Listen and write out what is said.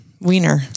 wiener